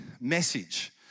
message